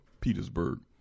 Petersburg